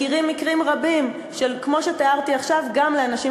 מכירים מקרים רבים כמו שתיארתי עכשיו גם אצל אנשים